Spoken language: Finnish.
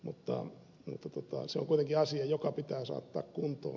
mutta se on kuitenkin asia joka pitää saattaa kuntoon